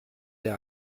der